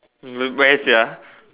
hmm where sia